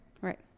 Right